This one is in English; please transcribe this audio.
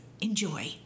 Enjoy